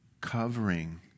Covering